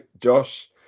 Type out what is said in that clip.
Josh